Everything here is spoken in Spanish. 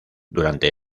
durante